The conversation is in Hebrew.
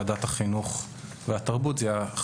במקום: "ועדת החינוך והתרבות" יהיה: "החינוך,